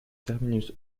terminus